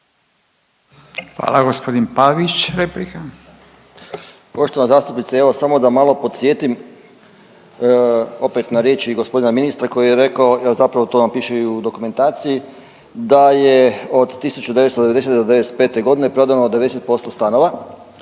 Hvala. Gospodin Mažar replika.